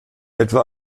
etwa